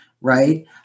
right